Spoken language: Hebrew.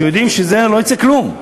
כשיודעים שמזה לא יצא כלום?